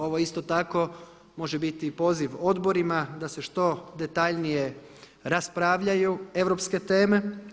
Ovo isto tako može biti poziv odborima da se što detaljnije raspravljaju europske teme.